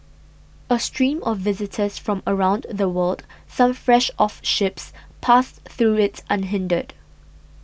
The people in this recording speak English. a stream of visitors from around the world some fresh off ships passed through it unhindered